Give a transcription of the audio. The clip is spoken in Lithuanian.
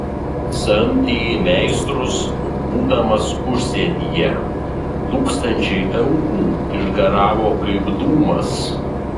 samdė meistrus būdamas užsienyje tūkstančiai eurų išgaravo kaip dūmas